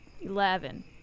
Eleven